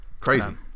Crazy